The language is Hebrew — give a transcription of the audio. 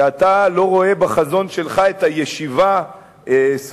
שאתה לא רואה בחזון שלך את הישיבה סביב